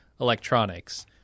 electronics